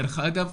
דרך אגב,